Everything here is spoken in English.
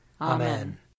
Amen